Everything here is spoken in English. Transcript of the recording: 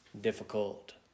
difficult